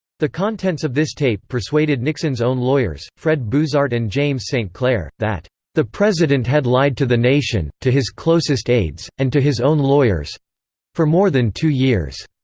the contents of this tape persuaded nixon's own lawyers, fred buzhardt and james st. clair, that the president had lied to the nation, to his closest aides, and to his own lawyers for more than two years.